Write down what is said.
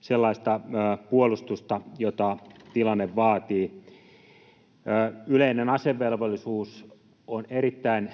sellaista puolustusta, jota tilanne vaatii. Yleinen asevelvollisuus on erittäin